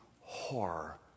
horror